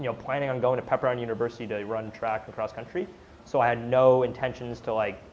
you know planning on going to pepperdine university to run track and cross country so i had no intentions to like,